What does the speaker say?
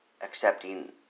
accepting